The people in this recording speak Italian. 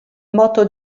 moto